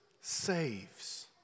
saves